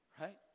right